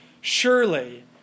Surely